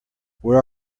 where